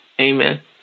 Amen